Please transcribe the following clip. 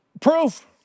proof